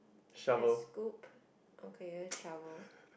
is that a scoop okay a shovel